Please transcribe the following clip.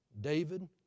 David